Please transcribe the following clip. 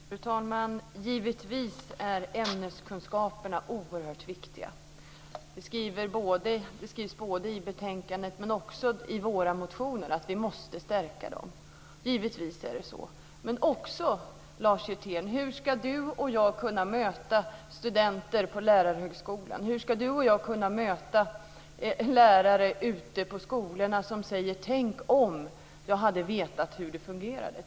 Fru talman! Givetvis är ämneskunskaperna oerhört viktiga. Det skrivs både i betänkandet och i våra motioner. Vi måste stärka ämneskunskaperna. Givetvis är det så. Men hur ska Lars Hjertén och jag kunna möta studenter på lärarhögskolan eller en lärare på en skola som säger: Tänk om jag hade vetat hur det fungerar.